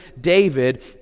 David